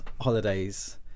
holidays